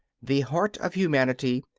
the heart of humanity,